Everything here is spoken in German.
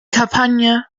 kampagne